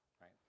right